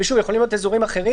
ושוב, יכולים להיות אזורים אחרים.